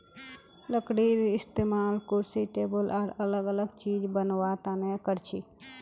लकडीर इस्तेमाल कुर्सी टेबुल आर अलग अलग चिज बनावा तने करछी